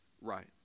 right